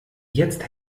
jetzt